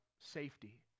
safety